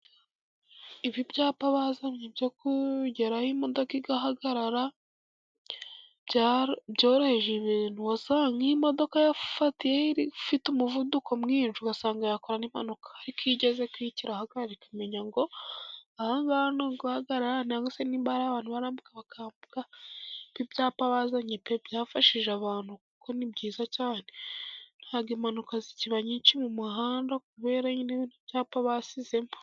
Ibi byapa bazanye byo kugeraho imodoka igahagarara, byoroheje ibintu, wasangaga nk'imodoka yafatiyeho ifite umuvuduko mwinshi, ugasanga yakora n'impanuka, ariko iyo igeze kwiki irahagarika, ikamenya ngo aha ngaha ni uguhagarara, cyangwa se niba hari abantu barambuka, bakambuka, ariko ibyapa bazanye pe! Byafashije abantu kuko ni byiza cyane, nta bwo impanuka zikiba nyinshi mu muhanda kubera ibyapa bashizemo.